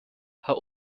herr